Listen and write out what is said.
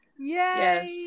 Yes